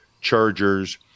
chargers